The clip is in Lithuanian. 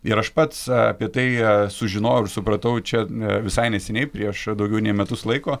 ir aš pats apie tai sužinojau ir supratau čia ne visai neseniai prieš daugiau nei metus laiko